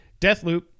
Deathloop